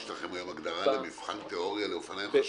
יש לכם היום הגדרה למבחן תיאוריה לאופניים חשמליים?